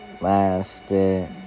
lasted